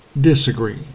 disagree